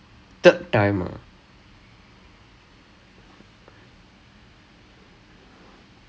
!ee! ya it happened in secondary school then it happen again it happen again so it's getting weaker and weaker